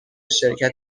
شرکت